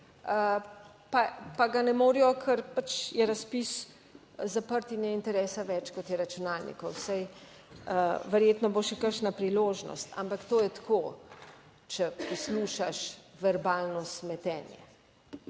pa ga ne morejo, ker pač je razpis zaprt in je interesa več kot je računalnikov. Saj verjetno bo še kakšna priložnost, ampak to je tako, če poslušaš verbalno smetenje.